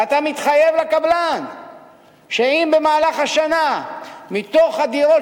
ואתה מתחייב לקבלן שאם במהלך השנה מתוך הדירות